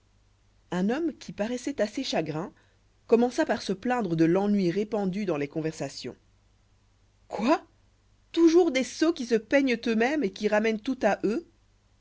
un homme qui paraissoit assez chagrin commença par se plaindre de l'ennui répandu dans les conversations quoi toujours des sots qui se peignent eux-mêmes et qui ramènent tout à eux